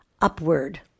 Upward